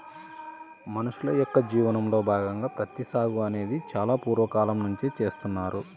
మనుషుల యొక్క జీవనంలో భాగంగా ప్రత్తి సాగు అనేది చాలా పూర్వ కాలం నుంచే చేస్తున్నారు